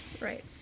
Right